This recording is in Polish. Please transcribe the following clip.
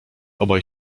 obaj